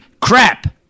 crap